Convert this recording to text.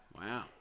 Wow